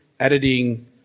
editing